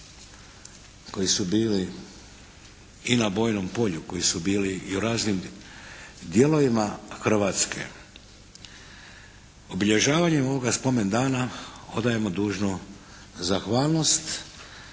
koji su bili i na bojnom polju, koji su bili i u raznim dijelovima Hrvatske obilježavanjem ovoga spomen dana dajemo dužnu zahvalnost